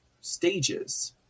stages